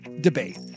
debate